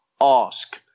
Ask